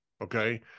Okay